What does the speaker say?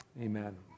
amen